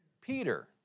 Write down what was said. Peter